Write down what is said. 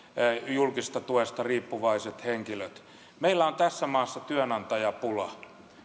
julkisesta tuesta riippuvaiset henkilöt meillä on tässä maassa työnantajapula